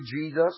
Jesus